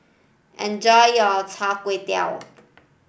enjoy your Chai Tow Kuay